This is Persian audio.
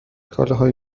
کالاهای